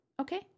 okay